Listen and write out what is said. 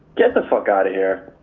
get the fuck outta here.